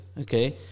okay